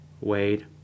wade